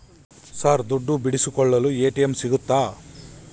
Sir ದುಡ್ಡು ಬಿಡಿಸಿಕೊಳ್ಳಲು ATM ಸಿಗುತ್ತಾ?